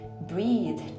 breathe